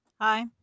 Hi